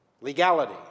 legality